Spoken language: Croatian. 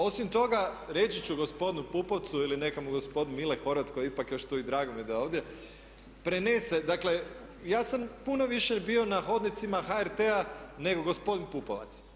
Osim toga, reći ću gospodinu Pupovcu ili nekom gospodin Mile Horvat koji je ipak još tu i dramo mi je da je ovdje prenese, dakle ja sam puno više bio na hodnicima HRT-a nego gospodin Pupovac.